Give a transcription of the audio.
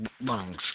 lungs